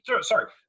Sorry